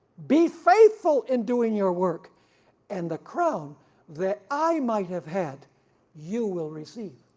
be faithful in doing your work and the crown that i might have had you will receive.